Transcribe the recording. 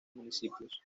municipios